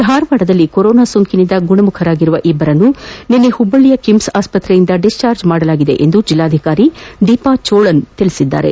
ಧಾರವಾಡದಲ್ಲಿ ಕೊರೋನಾ ಸೋಂಕಿನಿಂದ ಗುಣಮುಖರಾಗಿರುವ ಇಬ್ಬರನ್ನು ನಿನ್ನೆ ಹುಬ್ಬಳ್ಳಯ ಕಿಮ್ಸ್ ಆಸ್ತತೆಯಿಂದ ಡಿಸ್ಟಾಜ ಮಾಡಲಾಗಿದೆ ಎಂದು ಜೆಲ್ಲಾಧಿಕಾರಿ ದೀಪಾ ಜೋಳನ್ ತಿಳಿಸಿದ್ದಾರೆ